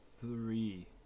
three